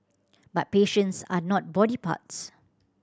but patients are not body parts